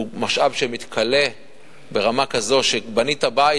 הוא משאב שמתכלה ברמה כזאת שבנית בית,